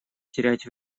терять